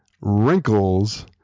Wrinkles